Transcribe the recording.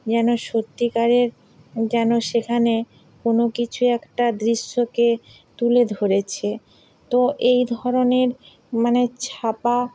যেন সত্যিকারের যেন সেখানে কোনও কিছু একটা দৃশ্যকে তুলে ধরেছে তো এই ধরনের মানে ছাপা